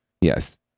Yes